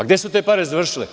Gde su te pare završile?